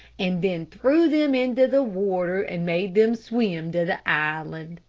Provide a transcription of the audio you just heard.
and then threw them into the water and made them swim to the island.